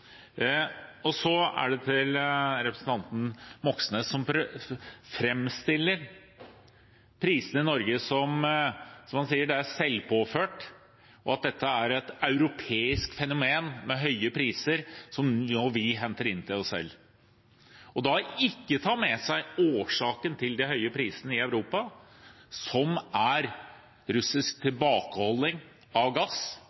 Så til representanten Moxnes som framstiller prisene i Norge – slik han sier – som selvpåført, og at det er et europeisk fenomen med høye priser som vi nå henter inn til oss selv. Og han tar ikke med seg årsaken til de høye prisene i Europa, som er russisk tilbakeholdelse av gass